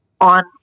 on